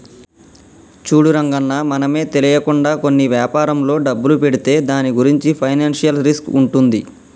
చూడు రంగన్న మనమే తెలియకుండా కొన్ని వ్యాపారంలో డబ్బులు పెడితే దాని గురించి ఫైనాన్షియల్ రిస్క్ ఉంటుంది